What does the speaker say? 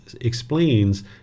explains